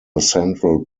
central